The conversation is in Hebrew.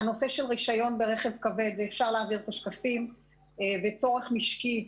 הנושא של רישיון לרכב כבד וצורך משקי,